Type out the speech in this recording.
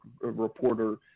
reporter